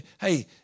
Hey